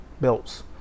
belts